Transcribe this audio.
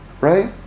Right